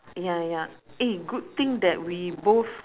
ya ya eh good thing that we both